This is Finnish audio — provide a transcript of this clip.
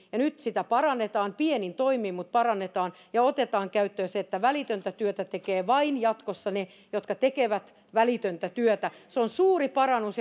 nyt sitä parannetaan pienin toimin mutta parannetaan ja otetaan käyttöön se että välitöntä työtä tekevät jatkossa vain ne jotka tekevät välitöntä työtä se on suuri parannus